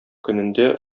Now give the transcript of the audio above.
көнендә